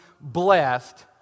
blessed